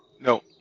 no